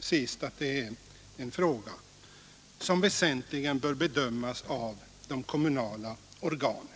Sist heter det att detta är en fråga som väsentligen bör bedömas av de kommunala organen.